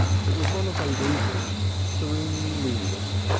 it was one of those evenings, serenely luminous,